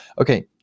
Okay